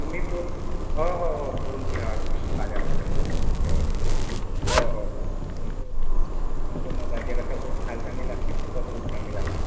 मी पोय हो हो हो पुरणपोळी आवडते खूप खायला आवडते आपल्याला पुरणपोळी आवडते हो हो हो नंतर नंतर मग काय ते रश्श्यासोबतही खायला चांगली लागते न् तुपासोबतही चांगली लागते